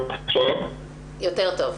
יותר טוב.